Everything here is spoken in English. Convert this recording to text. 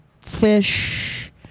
fish